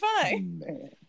fine